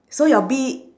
so your bee